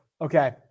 okay